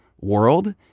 world